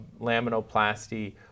laminoplasty